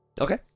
Okay